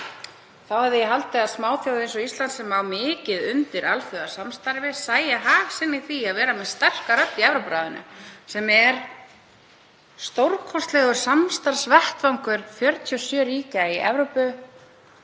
Þá hefði ég haldið að smáþjóð eins og Ísland, sem á mikið undir alþjóðasamstarfi, sæi hag sinn í því að vera með sterka rödd í Evrópuráðinu sem er stórkostlegur samstarfsvettvangur 47 ríkja í Evrópu